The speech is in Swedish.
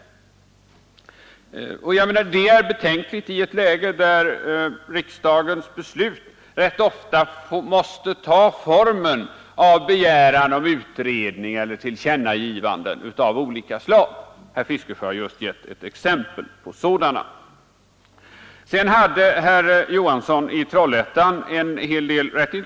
Detta är betänkligt i ett läge där riksdagens beslut rätt ofta måste ta formen av begäran om utredning eller tillkännagivanden av olika slag. Herr Fiskesjö har just givit ett exempel på sådana.